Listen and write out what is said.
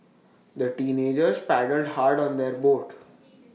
the teenagers paddled hard on their boat